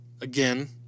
again